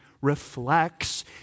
reflects